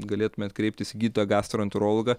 galėtumėt kreiptis į gydytoją gastroenterologą